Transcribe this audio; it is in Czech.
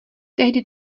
tehdy